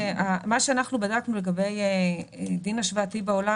מה שאנחנו בדקנו לגבי דין השוואתי בעולם